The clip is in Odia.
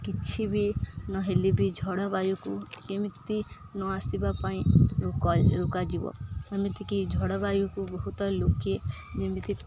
କିଛି ବି ନହେଲେ ବି ଝଡ଼ବାୟୁକୁ କେମିତି ନଆସିବା ପାଇଁ ରୋକାଯିବ ଏମିତିକି ଝଡ଼ବାୟୁକୁ ବହୁତ ଲୋକେ ଯେମିତି